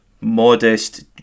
modest